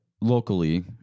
locally